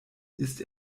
ist